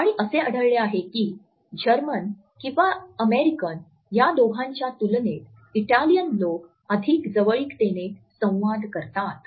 आणि असे आढळले आहे की जर्मन किंवा अमेरिकन या दोघांच्या तुलनेत इटालियन लोक अधिक जवळीकतेने संवाद करतात